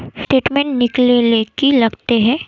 Statement निकले ले की लगते है?